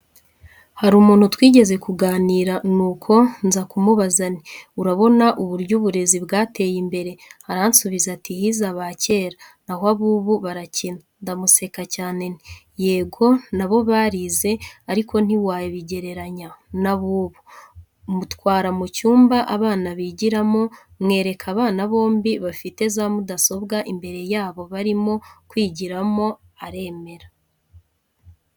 Hari umuntu twigeze kuganira nuko nzakumubaza nti urabona uburyo uburezi bwateye imbere aransubiza ati hize abakera naho abubu barakina ndamuseka cyane nti yego nabo barize ariko ntiwabigereranya nabubu mutwara mucyumba abana bigiramo mwereka abana bombi bafite zamudasobwa imbere yabo barimo kwigiramo aremra.